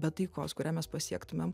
bet taikos kurią mes pasiektumėm